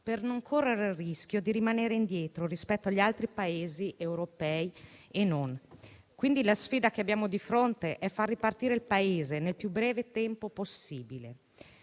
per non correre il rischio di rimanere indietro rispetto agli altri Paesi, europei e non. Quindi la sfida che abbiamo di fronte è quella di far ripartire il Paese nel più breve tempo possibile.